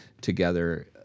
together